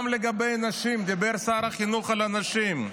גם לגבי נשים, דיבר שר החינוך על הנשים,